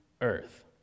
earth